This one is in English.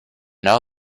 now